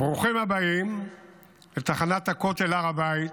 ברוכים הבאים לתחנת הכותל, הר הבית,